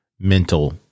mental